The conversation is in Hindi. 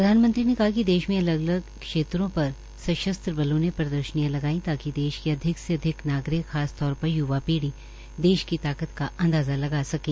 प्रधानमंत्री ने कहा कि देश में अलग अगल क्षेत्रो पर सशस्त्र बलों ने प्रर्दशनियां लगाई है ताकि देश के अधिक से अधिक नागरिक खासतौर पर यवा पीढ़ी देश की ताकत का अंदाजा लगा सकें